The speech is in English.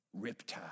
Riptide